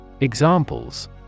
Examples